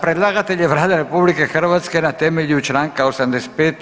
Predlagatelj je Vlada RH na temelju Članka 85.